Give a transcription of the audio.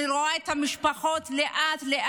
אני רואה את המשפחות לאט-לאט,